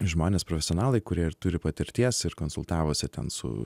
žmonės profesionalai kurie ir turi patirties ir konsultavosi ten su